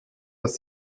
das